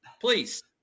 please